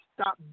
stop